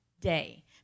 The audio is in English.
day